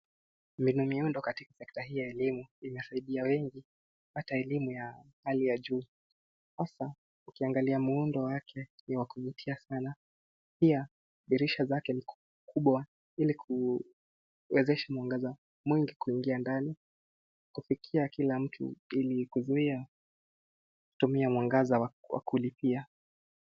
Mbinumiundo katika sekta hii elimu imesaidia wengi hata elimu ya hali ya juu hasa, ukiangalia muundo wake ni wakuvutia sana. Pia dirisha zake ni kubwa ili kuwezesha mwangaza mwingi kuingia ndani, kufikia kila mtu ili kuzuia kutumia mwangaza wakulipia.